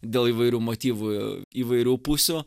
dėl įvairių motyvų įvairių pusių